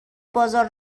بازار